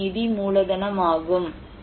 இதுவே நிதி மூலதனம் ஆகும்